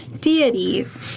deities